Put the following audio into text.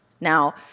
Now